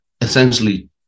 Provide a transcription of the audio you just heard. essentially